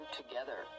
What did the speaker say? together